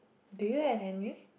do you have any